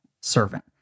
servant